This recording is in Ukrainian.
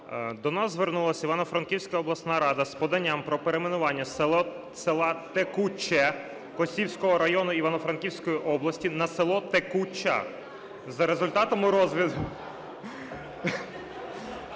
До нас звернулась Івано-Франківська обласна рада з поданням про перейменування села Текуче Косівського району Івано-Франківської області на село Текуча. За результатами розгляду...